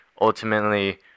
ultimately